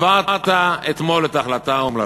העברת אתמול את ההחלטה האומללה.